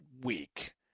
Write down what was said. week